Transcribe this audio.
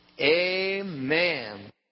Amen